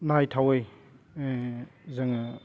नायथावै जोङो